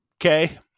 okay